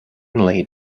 lead